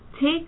Take